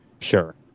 sure